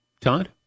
Todd